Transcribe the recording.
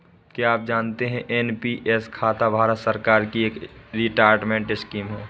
क्या आप जानते है एन.पी.एस खाता भारत सरकार की एक रिटायरमेंट स्कीम है?